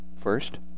first